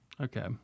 Okay